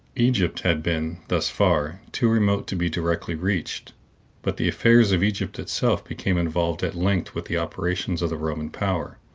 egypt had been, thus far, too remote to be directly reached but the affairs of egypt itself became involved at length with the operations of the roman power,